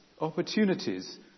opportunities